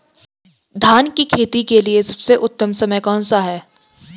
धान की खेती के लिए सबसे उत्तम समय कौनसा है?